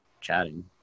chatting